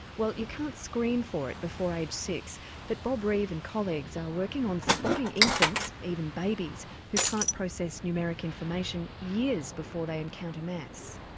well you can't screen for it before age six but bob reeve and colleagues are working on spotting infants, even babies, who can't process numeric information years before they encounter maths.